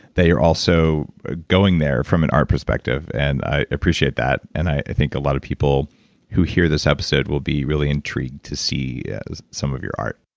that you're also going there from an art perspective, and i appreciate that, and i think a lot of people who hear this episode will be really intrigued to see some of your art.